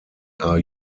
are